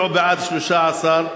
ובכן, הצביעו בעד, 13,